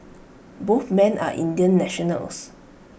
both men are Indian nationals